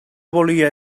volia